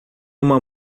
uma